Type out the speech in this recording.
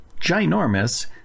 ginormous